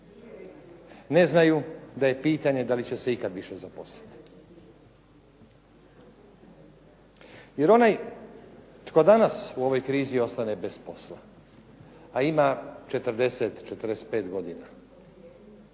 ne znaju da je pitanje da li će se ikada više zaposliti. Jer onaj koji danas u krizi ostane bez posla, a ima 40, 45 godina,